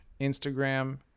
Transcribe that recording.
Instagram